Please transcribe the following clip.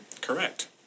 Correct